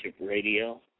Radio